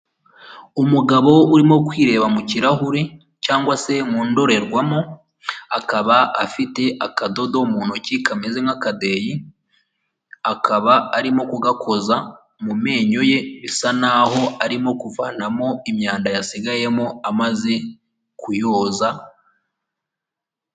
Umugabo urimo kwireba mu kirahuri cyangwa se mu ndorerwamo akaba afite akadodo mu ntoki kameze nk'akadeyi, akaba arimo kugakoza mu menyo ye bisa naho arimo kuvanamo imyanda yasigayemo amaze kuyoza.